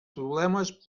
problemes